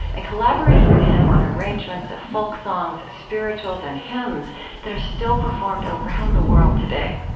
and collaborated with him on arrangements of folksongs, spirituals, and hymns that are still performed around the world today.